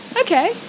okay